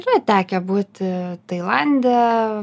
yra tekę būti tailande